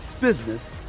business